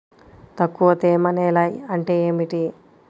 తక్కువ తేమ నేల అంటే ఏమిటి?